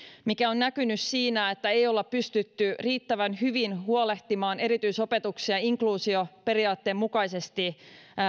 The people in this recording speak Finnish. mikä on näkynyt siinä että ei ole pystytty riittävän hyvin huolehtimaan erityisopetuksesta ja inkluusioperiaatteen mukaisesti